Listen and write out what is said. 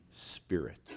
Spirit